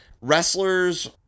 Wrestlers